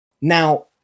Now